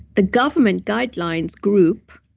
the government guidelines group,